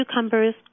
cucumbers